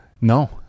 no